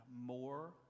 more